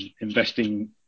investing